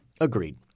Agreed